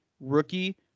rookie